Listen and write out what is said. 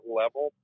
level